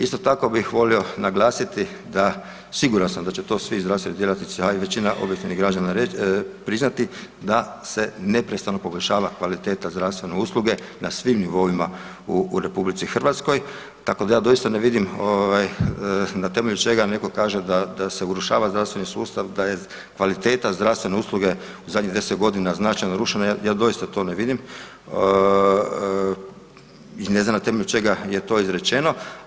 Isto tako bih volio naglasiti da, siguran sam da će to svi zdravstveni djelatnici, a i većina običnih građana priznati, da se neprestano poboljšava kvaliteta zdravstvene usluge na svim nivoima u RH, tako da ja doista ne vidim ovaj na temelju čega neko kaže da, da se urušava zdravstveni sustav, da je kvaliteta zdravstvene usluge u zadnjih 10.g. značajno narušena, ja, ja doista to ne vidim i ne znam na temelju čega je to izrečeno.